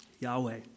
Yahweh